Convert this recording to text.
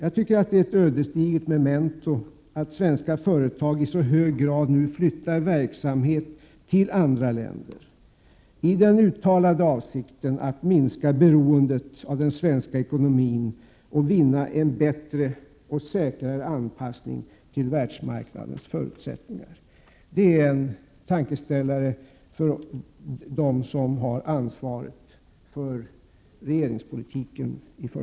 Det är ett ödesdigert memento att svenska företag i så hög grad flyttar ut verksamhet till andra länder i den uttalade avsikten att minska beroendet av den svenska ekonomin och vinna en bättre och säkrare anpassning till världsmarknadens förutsättningar. Det är en tankeställare i första hand för dem som har ansvaret för regeringspolitiken.